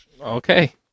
Okay